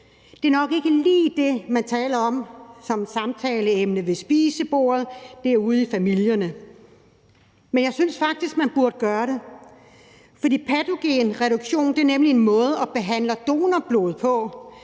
– nok ikke lige er det, man har som samtaleemne ved spisebordet ude i familierne. Men jeg synes faktisk, man burde have det, for patogenreduktion er nemlig en måde at behandle donorblod på,